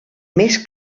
més